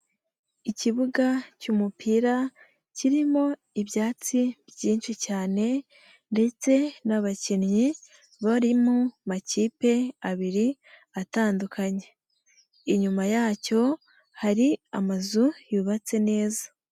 Ikibuga cy'umupira kirimo ibyatsi byinshi cyane ndetse n'abakinnyi bari mu makipe abiri atandukanye, inyuma yacyo hari amazu yubatse neza.